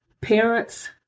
parents